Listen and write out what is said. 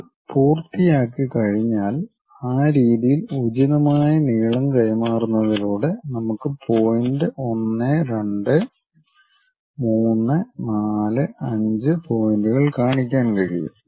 അത് പൂർത്തിയാക്കിക്കഴിഞ്ഞാൽ ആ രീതിയിൽ ഉചിതമായ നീളം കൈമാറുന്നതിലൂടെ നമുക്ക് പോയിന്റ് 12 3 4 5 പോയിന്റുകൾ കാണിക്കാൻ കഴിയും